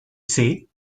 said